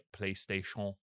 PlayStation